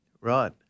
Right